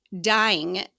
dying